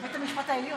בית המשפט העליון.